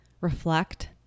reflect